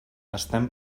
estem